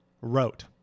wrote